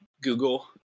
Google